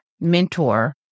mentor